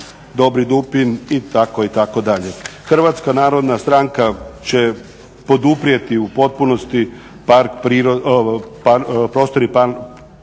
dobri dupin itd. Hrvatska narodna stranka će poduprijeti u potpunosti Prostorni plan